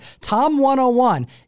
TOM101